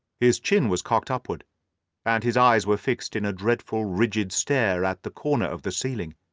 his chin was cocked upward and his eyes were fixed in a dreadful, rigid stare at the corner of the ceiling.